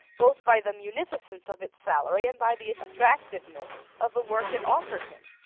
both by the munificence of its salary and by the attractiveness of the work it offered him.